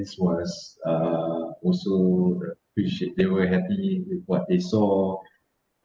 audience was uh also very appreciative they were happy with what they saw